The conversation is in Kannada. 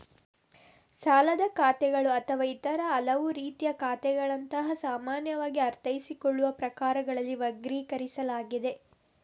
ಸಾಲದ ಖಾತೆಗಳು ಅಥವಾ ಇತರ ಹಲವು ರೀತಿಯ ಖಾತೆಗಳಂತಹ ಸಾಮಾನ್ಯವಾಗಿ ಅರ್ಥೈಸಿಕೊಳ್ಳುವ ಪ್ರಕಾರಗಳಲ್ಲಿ ವರ್ಗೀಕರಿಸಲಾಗಿದೆ